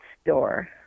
store